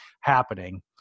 happening